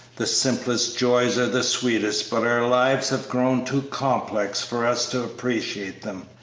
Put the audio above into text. the simplest joys are the sweetest, but our lives have grown too complex for us to appreciate them.